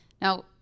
Now